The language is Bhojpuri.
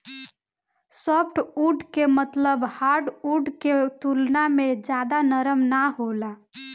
सॉफ्टवुड के मतलब हार्डवुड के तुलना में ज्यादा नरम ना होला